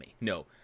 No